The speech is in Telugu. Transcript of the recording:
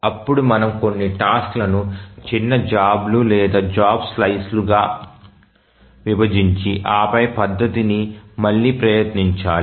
అప్పుడు మనం కొన్ని టాస్క్ లను చిన్న జాబ్ లు లేదా జాబ్ స్లైస్ లుగా విభజించి ఆ పై పద్దతిని మళ్లీ ప్రయత్నించాలి